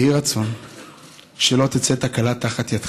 יהי רצון שלא תצא תקלה תחת ידך,